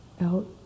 out